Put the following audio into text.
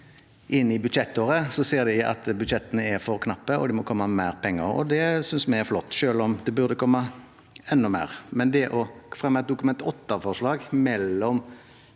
inn i budsjettåret ser de altså at budsjettene er for knappe, og at det må komme mer penger. Det synes vi er flott, selv om det burde ha kommet enda mer. Men å fremme et Dokument 8-forslag mellom